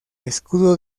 escudo